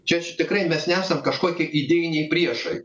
čia aš tikrai mes nesam kažkokie idėjiniai priešai